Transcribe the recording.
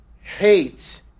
hate